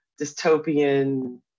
dystopian